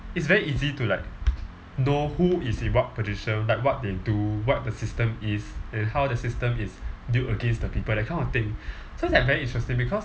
it's very easy to like know who is in what position like what they do what the system is and how the system is built against the people that kind of thing so it's like very interesting because